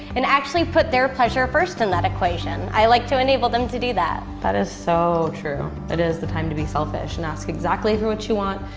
and actually put their pleasure first in that equation. i like to enable them to do that. that is so true. it is the time to be selfish, and ask exactly for what you want,